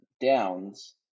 downs